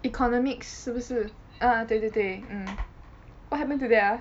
economics 是不是 ah 对对对 mm what happened to that ah